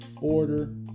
order